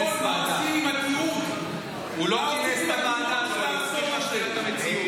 ועדה לשאול מה עשיתי עם התיעוד של האסון הזה.